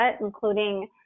including